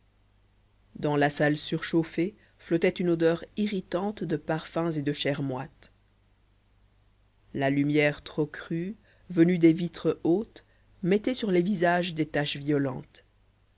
dans la salle surchauffée flottait une odeur irritante de parfums et de chairs moites la lumière trop crue venue des vitres hautes mettait sur les visages des taches violentes